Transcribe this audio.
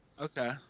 okay